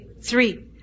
Three